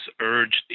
urged